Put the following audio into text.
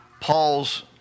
Paul's